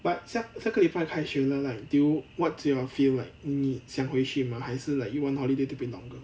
but 下下个礼拜开学了 like do you what's your feel like 你想回去吗还是 like you want holiday to be longer